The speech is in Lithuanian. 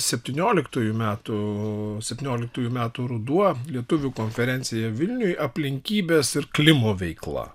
septynioliktųjų metų septynioliktųjų metų ruduo lietuvių konferencija vilniuj aplinkybės ir klimo veikla